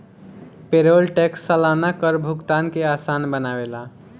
payroll tax सलाना कर भुगतान के आसान बनावेला